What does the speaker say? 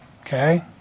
Okay